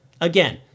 Again